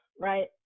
right